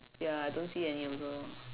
ya I don't see any also